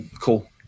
Cool